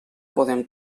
podem